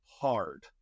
Hard